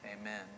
Amen